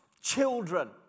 children